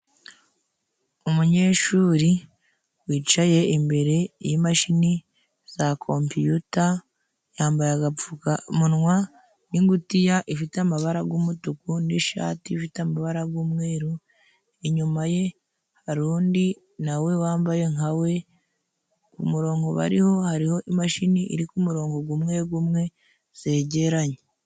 Umunyeshuri wicaye imbere y'imashini za kompiyuta, yambaye agapfumunwa, n'ingutiya ifite amabara g' umutuku n'ishati ifite amabara g'umweru, inyuma ye hari undi na we wambaye nka we, ku murongo bariho hariho imashini iri ku murongo gumwe gumwe zegeranye.